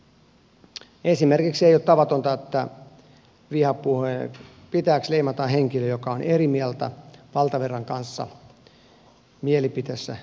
ei esimerkiksi ole tavatonta että vihapuheen pitäjäksi leimataan henkilö joka on eri mieltä valtavirran kanssa mielipiteessä kuin mielipiteessä